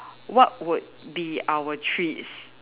what would be our treats